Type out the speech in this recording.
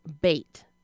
Bait